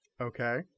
Okay